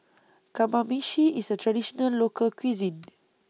Kamameshi IS A Traditional Local Cuisine